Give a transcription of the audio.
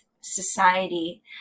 society